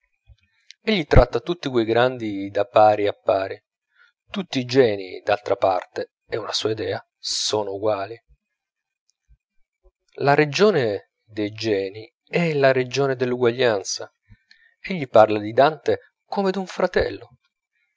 tratta tutti quei grandi da pari a pari tutti i genii d'altra parte è una sua idea sono uguali la regione dei genii è la regione dell'eguaglianza egli parla di dante come d'un fratello